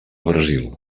brasil